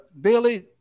billy